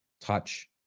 touch